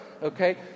Okay